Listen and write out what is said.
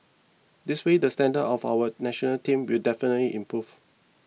this way the standard of our National Team will definitely improve